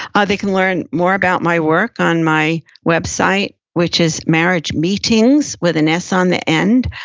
ah they can learn more about my work on my website, which is marriage meetings with an s on the end,